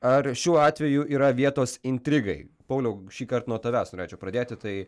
ar šiuo atveju yra vietos intrigai pauliau šįkart nuo tavęs norėčiau pradėti tai